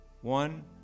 one